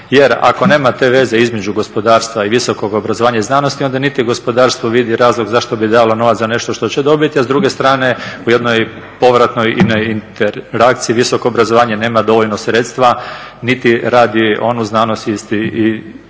jer ako nema te veze između gospodarstva i visokog obrazovanja i znanosti onda niti gospodarstvo vidi razlog zašto bi dalo novac za nešto što će dobiti, a s druge strane u jednoj povratni interakciji visoko obrazovanje nema dovoljno sredstava, niti radi onu znanost i